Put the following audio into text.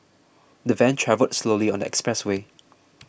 the van travelled slowly on the expressway